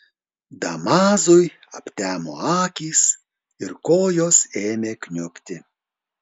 damazui aptemo akys ir kojos ėmė kniubti